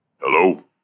Hello